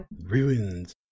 Ruins